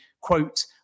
quote